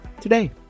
today